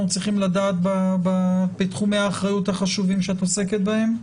צריכים לדעת בתחום האחריות החשובים שאת עוסקת בהם?